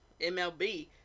MLB